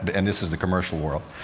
but and this is the commercial world.